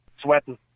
sweating